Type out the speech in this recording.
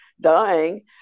dying